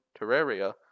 Terraria